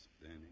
Danny